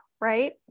right